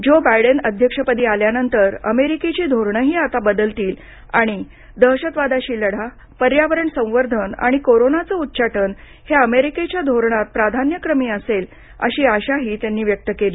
जो बायडेन अध्यक्षपदी आल्यानंतर अमेरिकेची धोरणंही आता बदलतील आणि दहशतवादाशी लढा पर्यावरण संवर्धन आणि कोरोनाचं उच्चाटन हे अमेरिकेच्या धोरणात प्राधान्यक्रमी असेल अशी आशाही त्यांनी व्यक्त केली